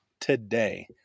today